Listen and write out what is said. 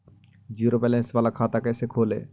Zero balance बाला खाता कैसे खोले?